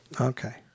Okay